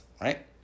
right